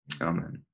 Amen